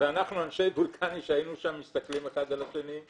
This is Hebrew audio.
אנחנו אנשי וולקני שהיינו שם מסתכלים אחד על השני,